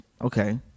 Okay